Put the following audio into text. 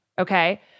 okay